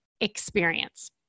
Experience